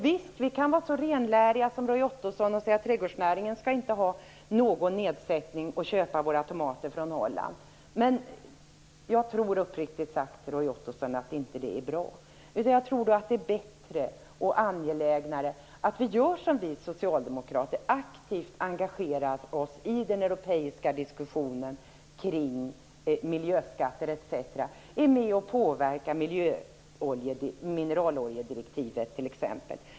Visst kan vi vara renläriga, som Roy Ottoson är, och säga att trädgårdsnäringen inte skall ha någon nedsättning och köpa våra tomater från Norrland. Men jag tror, uppriktigt sagt, att det inte är bra. Jag tror att det är bättre och angelägnare att göra som vi socialdemokrater, nämligen att aktivt engagera sig i den europeiska diskussionen kring miljöskatter etc. och vara med och påverka t.ex. mineraloljedirektivet.